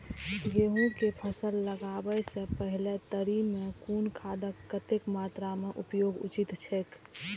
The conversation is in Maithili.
गेहूं के फसल लगाबे से पेहले तरी में कुन खादक कतेक मात्रा में उपयोग उचित छेक?